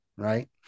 Right